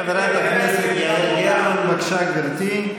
חברת הכנסת יעל גרמן, בבקשה, גברתי.